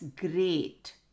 great